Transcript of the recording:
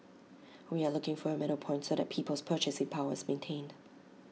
we are looking for A middle point so that people's purchasing power is maintained